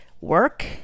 Work